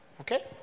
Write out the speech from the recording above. Okay